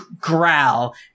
growl